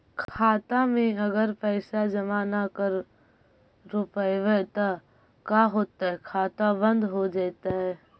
खाता मे अगर पैसा जमा न कर रोपबै त का होतै खाता बन्द हो जैतै?